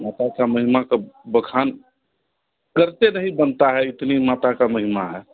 माता की महिमा का बखान करते नहीं बनता है इतनी माता की महिमा है